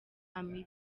amb